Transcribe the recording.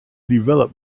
develop